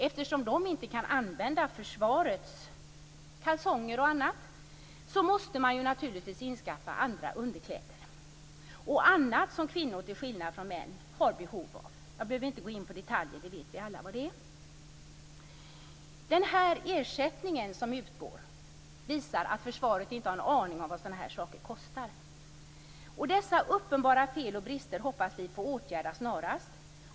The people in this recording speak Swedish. Eftersom de inte kan använda försvarets kalsonger och annat måste de naturligtvis inskaffa andra underkläder och annat som kvinnor, till skillnad från män, har behov av. Jag behöver inte gå in på detaljer. Vi vet alla vad det är. Den ersättning som utgår visar att försvaret inte har en aning om vad sådana saker kostar. Dessa uppenbara fel och brister hoppas vi få åtgärda snarast.